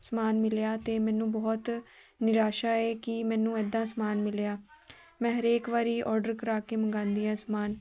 ਸਮਾਨ ਮਿਲਿਆ ਅਤੇ ਮੈਨੂੰ ਬਹੁਤ ਨਿਰਾਸ਼ਾ ਹੈ ਕਿ ਮੈਨੂੰ ਇੱਦਾਂ ਸਮਾਨ ਮਿਲਿਆ ਮੈਂ ਹਰੇਕ ਵਾਰੀ ਔਡਰ ਕਰਾ ਕੇ ਮੰਗਵਾਉਂਦੀ ਹਾਂ ਸਮਾਨ